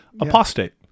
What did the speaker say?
Apostate